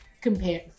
compare